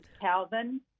Calvin